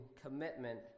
commitment